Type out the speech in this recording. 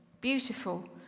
beautiful